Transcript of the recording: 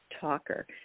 talker